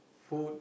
food